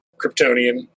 Kryptonian